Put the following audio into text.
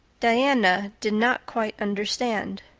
diana did not quite understand.